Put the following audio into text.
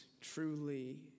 truly